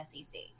SEC